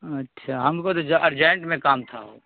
اچھا ہم کو تو ارجینٹ میں کام تھا